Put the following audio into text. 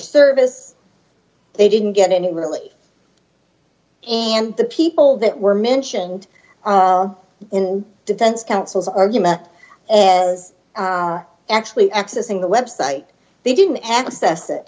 service they didn't get any really and the people that were mentioned in defense counsel's argument was actually accessing the website they didn't access it